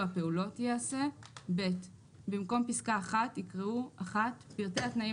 הפעולות ייעשה"; במקום פסקה (1) יקראו: "(1) פרטי התנאים